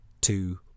two